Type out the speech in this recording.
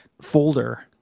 folder